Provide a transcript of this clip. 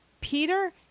Peter